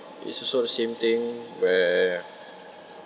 it's also the same thing where